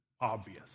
obvious